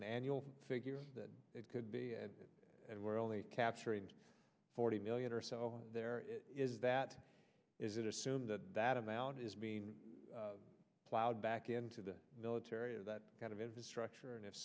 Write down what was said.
an annual figure that it could be and we're only capturing forty million or so is that is it assumed that that amount is being plowed back into the military or that kind of infrastructure and if